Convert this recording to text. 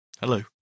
Hello